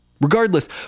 Regardless